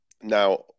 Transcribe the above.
now